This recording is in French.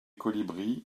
colibris